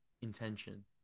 intention